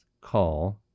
call